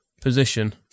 position